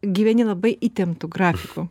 gyveni labai įtemptu grafiku